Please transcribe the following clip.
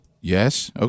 yes